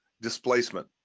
Displacement